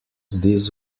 this